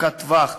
ארוכת טווח,